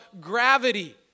gravity